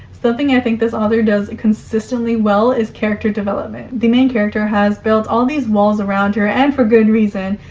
something i think this author does consistently well is character development. the main character has built all these walls around her, and for good reason,